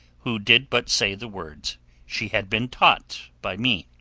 who did but say the words she had been taught by me.